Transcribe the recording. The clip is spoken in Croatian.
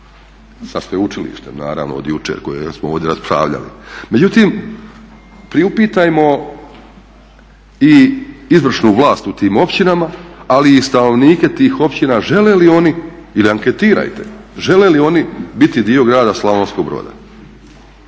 sa sveučilištem naravno od jučer koje smo ovdje raspravljali. Međutim, priupitajmo i izvršnu vlast u tim općinama, ali i stanovnike tih općina ili anketirajte, želi li oni biti dio grada Slavonskog Broda.